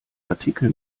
artikel